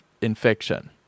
infection